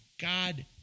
God